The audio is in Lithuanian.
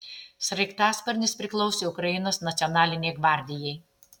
sraigtasparnis priklausė ukrainos nacionalinei gvardijai